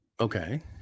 Okay